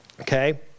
Okay